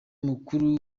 mukuru